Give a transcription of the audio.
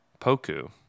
Poku